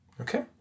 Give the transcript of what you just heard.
okay